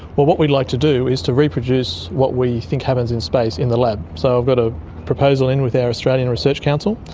what what we'd like to do is to reproduce what we think happens in space in the lab. so i've got a proposal in with our australian research council,